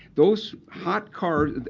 those hot cars,